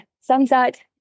sunset